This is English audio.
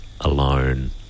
alone